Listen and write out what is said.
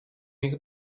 ich